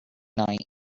night